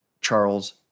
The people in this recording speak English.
Charles